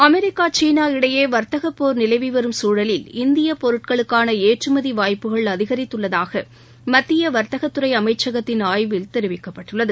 America சீனா இடையேவர்த்தகப்போர் நிலவிவரும் சுழலில் இந்தியபொருள்களுக்கானஏற்றுமதிவாய்ப்புகள் அதிகரித்துள்ளதாகமத்தியவர்த்தகத்துறைஅமைச்சகத்தின் ஆய்வில் தெரிவிக்கப்பட்டுள்ளது